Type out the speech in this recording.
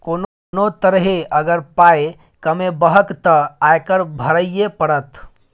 कोनो तरहे अगर पाय कमेबहक तँ आयकर भरइये पड़त